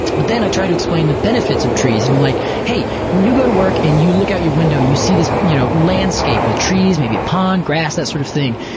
but then i try to explain the benefits of trees, and i'm like hey, when you go to work and you look out your window and you see this you know landscape with trees, maybe a pond, grass, that sort of thing,